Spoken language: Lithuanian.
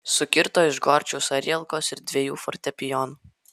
sukirto iš gorčiaus arielkos ir dviejų fortepijonų